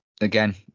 Again